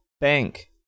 Bank